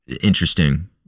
interesting